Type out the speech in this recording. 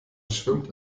schwimmt